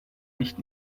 nicht